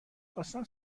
خواستم